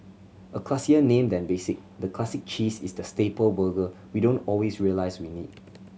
a classier name than basic the Classic Cheese is the staple burger we don't always realise we need